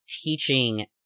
teaching